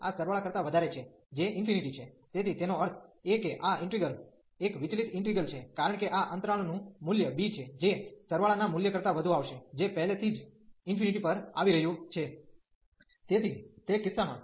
આ રેન્જ આ સરવાળા કરતા વધારે છે જે ∞ છે તેથી તેનો અર્થ એ કે આ ઇન્ટિગ્રલ એક વિચલીત ઇન્ટિગ્રલ છે કારણ કે આ અંતરાલનું મૂલ્ય b છે જે સરવાળાના મૂલ્ય કરતા વધુ આવશે જે પહેલાથી જ ∞ પર આવી રહ્યું છે